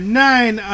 nine